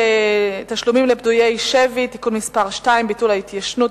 תשלומים לפדויי שבי (תיקון מס' 2) (ביטול התיישנות),